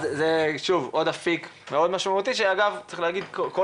זה אפיק משמעותי נוסף שצריך להגיד שכל